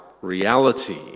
reality